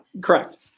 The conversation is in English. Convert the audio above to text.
correct